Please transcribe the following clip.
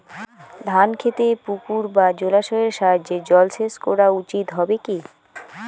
ধান খেতে পুকুর বা জলাশয়ের সাহায্যে জলসেচ করা উচিৎ হবে কি?